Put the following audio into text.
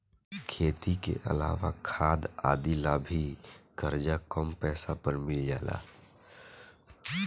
खेती के अलावा खाद आदि ला भी करजा कम पैसा पर मिल जाला